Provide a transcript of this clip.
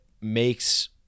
makes